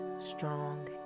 strong